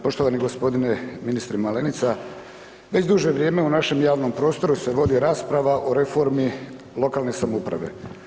Poštovani g. ministre Malenica, već duže vrijeme u našem javnom prostoru se vodi rasprava o reformi lokalne samouprave.